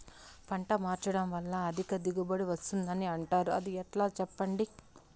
పంట మార్చడం వల్ల అధిక దిగుబడి వస్తుందని అంటారు అది ఎట్లా సెప్పండి